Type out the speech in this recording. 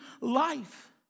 life